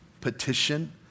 petition